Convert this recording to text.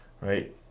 right